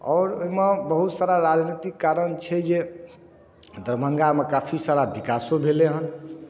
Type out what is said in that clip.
आओर ओहिमे बहुत सारा राजनीतिक कारण छै जे दरभंगामे काफी सारा विकासो भेलै हन